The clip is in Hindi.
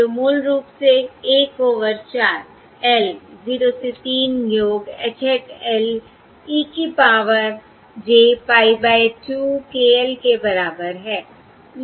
जो मूल रूप से 1 ओवर 4 l 0 से 3 योग H hat l e की power j pie by 2 k l के बराबर है